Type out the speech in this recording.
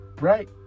right